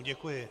Děkuji.